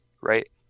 right